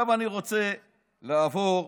עכשיו אני רוצה לעבור,